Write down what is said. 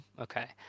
Okay